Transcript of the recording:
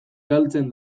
galtzen